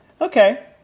Okay